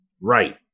Right